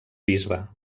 bisbe